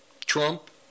Trump